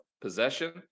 possession